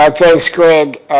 um thanks greg,